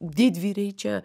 didvyriai čia